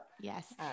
Yes